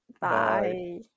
Bye